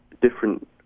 different